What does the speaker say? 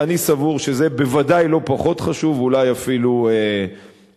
אני סבור שזה בוודאי לא פחות חשוב ואולי אפילו יותר,